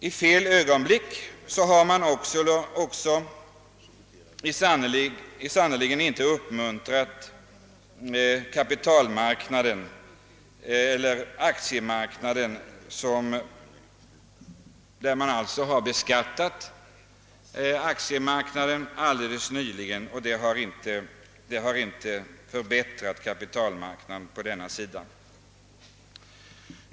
I fel ögonblick har man dessutom nu beskattat aktiemarknaden — något som sannerligen inte varit uppmuntrande för denna marknad.